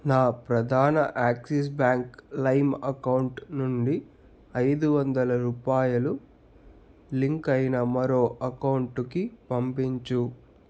నా ప్రధాన Axis bank లైమ్ అకౌంట్ నుండి ఐదు వందల రూపాయలు లింకైన మరో అకౌంటుకి పంపించుము